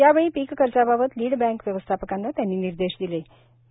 यावेळी पीक कर्जाबाबत लीड बँक व्यवस्थापकांना निर्देश दिलेत